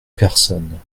personnes